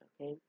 okay